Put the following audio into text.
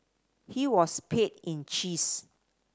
he was paid in cheese